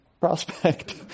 prospect